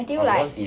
until like